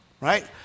right